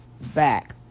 back